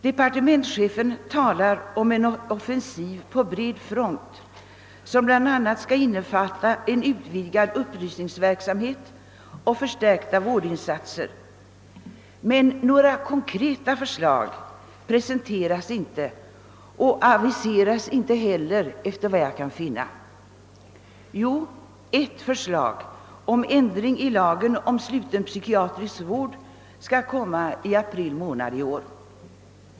Departementschefen talar om en »offensiv på bred front», som bl.a. skall innefatta en utvidgad upplysningsverksamhet och förstärkta vårdinsatser, men några konkreta förslag preciseras inte och aviseras inte heller, efter vad jag kan finna. Jo, ett förslag om ändring i lagen om sluten psykiatrisk vård skall komma i april månad i år.